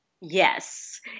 Yes